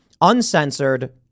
uncensored